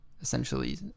essentially